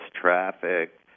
traffic